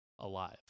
Alive